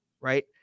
right